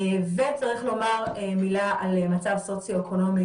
וצריך לומר מילה על מצב סוציואקונומי